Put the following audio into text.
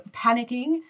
panicking